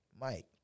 Mike